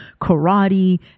karate